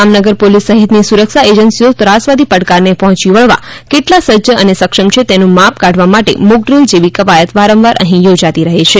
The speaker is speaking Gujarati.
જામનગર પોલિસ સહિતની સુરક્ષા એજન્સીઓ ત્રાસવાદી પડકારને પહોચી વળવા કેટલા સજ્જ અને સક્ષમ છે તેનું માપ કાઢવા માટે મોકડ્રીલ જેવી કવાયત વારંવાર અહી યોજાતી રહે છે